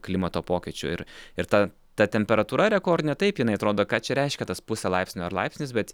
klimato pokyčių ir ir ta ta temperatūra rekordinė taip jinai atrodo ką čia reiškia tas pusė laipsnio ar laipsnis bet